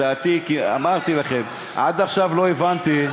אמרתי לכם: עד עכשיו לא הבנתי,